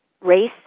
race